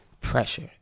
pressure